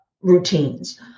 routines